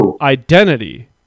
identity